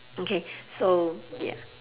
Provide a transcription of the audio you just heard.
okay so ya